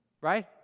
Right